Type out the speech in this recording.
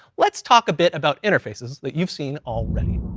let's talk a bit about interfaces that you've seen already.